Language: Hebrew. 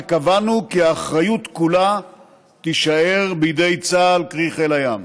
וקבענו כי האחריות כולה תישאר בידי חיל הים.